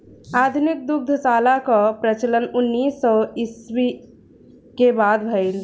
आधुनिक दुग्धशाला कअ प्रचलन उन्नीस सौ ईस्वी के बाद भइल